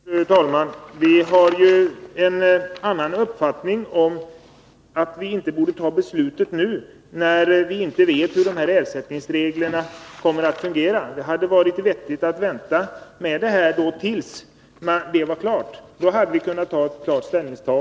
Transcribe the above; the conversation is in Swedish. Fru talman! Vi har ju en annan uppfattning och tycker att riksdagen inte borde fatta beslut nu, eftersom man inte vet hur ersättningsreglerna kommer att fungera. Det hade varit vettigare att vänta tills detta var klart. Då hade vi kunnat ta en klar ståndpunkt.